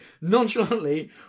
nonchalantly